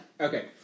Okay